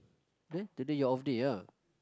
eh today your off day ah